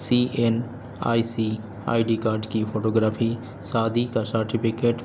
C N I C I D card کی photography شادی کا سرٹیفکیٹ